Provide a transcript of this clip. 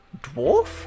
Dwarf